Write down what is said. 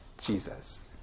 Jesus